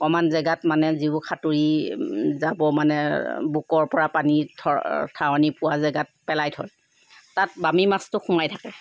অকণমান জেগাত মানে যিবোৰ সাঁতুৰি যাব মানে বুকৰ পৰা পানীত থ তহৱনি পোৱা জেগাত পেলাই থয় তাত বামী মাছতো সোমাই থাকে